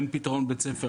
אין פתרון בית ספר.